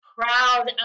proud